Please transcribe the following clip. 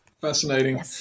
Fascinating